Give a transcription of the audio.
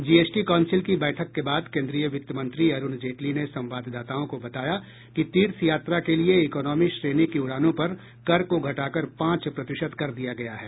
GST council की बैठक के बाद केन्द्रीय वित्त मंत्री अरूण जेटली ने संवादाताओं को बताया कि तीर्थ यात्रा के लिए इकोनॉमी श्रेणी की उड़ानों पर कर को घटाकर पांच प्रतिशत कर दिया गया है